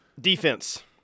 Defense